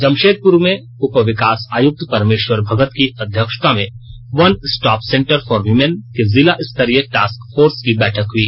जमशेदपुर में उप विकास आयुक्त परमेश्वर भगत की अध्यक्षता में one stop centre for women की जिला स्तरीय टास्क फोर्स की बैठक हुई